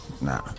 Nah